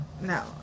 no